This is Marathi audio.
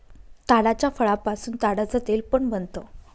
ताडाच्या फळापासून ताडाच तेल पण बनत